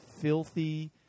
filthy